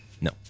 No